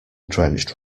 drenched